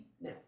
No